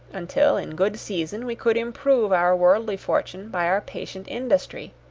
until, in good season, we could improve our worldly fortune by our patient industry.